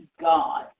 God